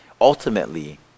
ultimately